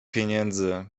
pieniędzy